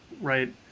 right